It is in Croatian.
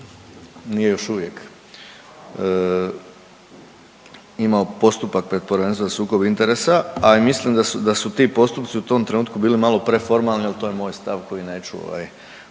nije još uvijek imao postupak pred Povjerenstvom za sukob interesa, a i mislim da su, da su ti postupci u tom trenutku bili malo preformalni, al to je moj stav koji neću